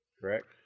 correct